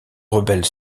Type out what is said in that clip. rebelles